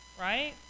Right